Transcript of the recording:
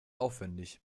aufwendig